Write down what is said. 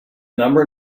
number